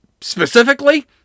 Specifically